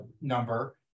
number